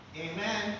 Amen